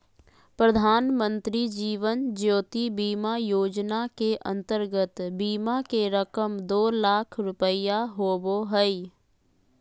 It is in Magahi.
प्रधानमंत्री जीवन ज्योति बीमा योजना के अंतर्गत बीमा के रकम दो लाख रुपया होबो हइ